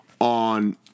On